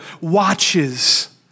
watches